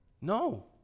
No